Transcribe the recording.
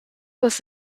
was